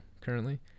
currently